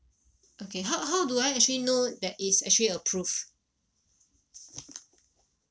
okay how how do I actually know that it's actually approved